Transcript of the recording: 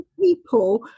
people